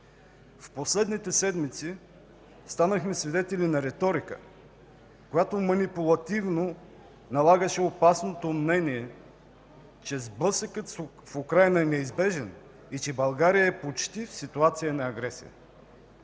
В последните седмици станахме свидетели на риторика, която манипулативно налагаше опасното мнение, че сблъсъкът в Украйна е неизбежен и че България е почти в ситуация на агресия.